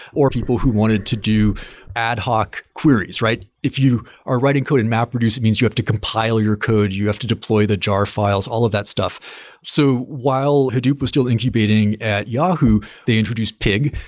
or people who wanted to do ad hoc queries, right? if you are writing code and mapreduce, it means you have to compile your code, you have to deploy the jar files, all of that stuff so while hadoop was still incubating at yahoo, they introduced pig,